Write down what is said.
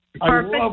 Perfect